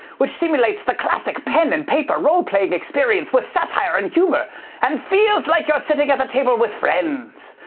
which simulates the classic pen-and-paper, role-playing experience with satire and humor and feels like you're sitting at the table with friends.